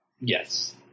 yes